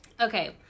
Okay